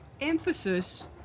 emphasis